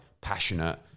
passionate